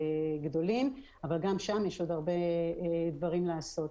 גדולים אבל גם שם יש עוד הרבה דברים לעשות.